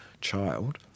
child